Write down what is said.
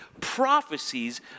prophecies